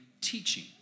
teaching